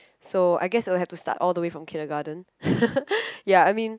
so I guess I'll have to start all the way from kindergarten ya I mean